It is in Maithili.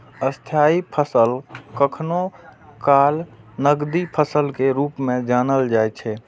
स्थायी फसल कखनो काल नकदी फसल के रूप मे जानल जाइ छै